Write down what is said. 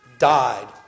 died